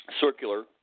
circular